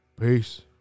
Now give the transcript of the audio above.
peace